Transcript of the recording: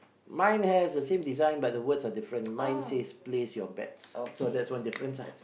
mine has the same design but the words are different mine says place your bags so that's one difference lah